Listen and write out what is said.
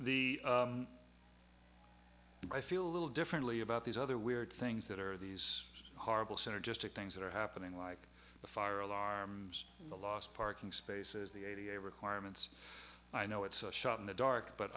fees i feel a little differently about these other weird things that are these horrible synergistic things that are happening like the fire alarms the loss of parking spaces the a t m requirements i know it's a shot in the dark but